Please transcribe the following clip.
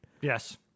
Yes